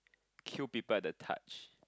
kill people at the touch